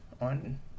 on